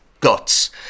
guts